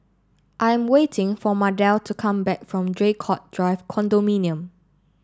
I'm waiting for Mardell to come back from Draycott Drive Condominium